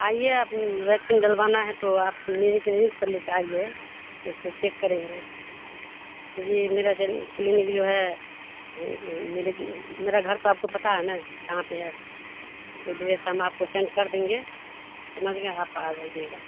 آئیے آپ ویکسین ڈلوانا ہے تو آپ میرے کلینک پر لے کے آئیے اس کو چیک کریں گے جی میرا جو کلینک جو ہے میرے میرا گھر تو آپ کو پتا ہے نا کہاں پہ ہے ایڈریس ہم آپ کو سینڈ کر دیں گے سمجھ گئے آپ آ جائیے گا